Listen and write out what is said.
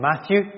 Matthew